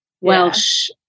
Welsh